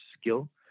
skill